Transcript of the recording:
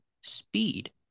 speed